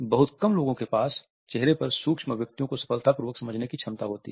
बहुत कम लोगों के पास चेहरे पर सूक्ष्म अभिव्यक्तियों को सफलतापूर्वक समझने की क्षमता होती है